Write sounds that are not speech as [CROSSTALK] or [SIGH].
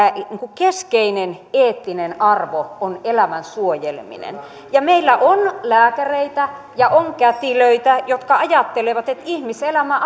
keskeinen eettinen arvo on elämän suojeleminen meillä on lääkäreitä ja on kätilöitä jotka ajattelevat että ihmiselämä [UNINTELLIGIBLE]